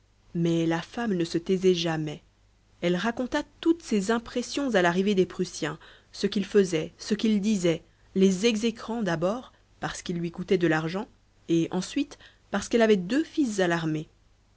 mais la femme ne se taisait jamais elle raconta toutes ses impressions à l'arrivée des prussiens ce qu'ils faisaient ce qu'ils disaient les exécrant d'abord parce qu'ils lui coûtaient de l'argent et ensuite parce qu'elle avait deux fils